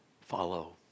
follow